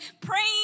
praying